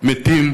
מתים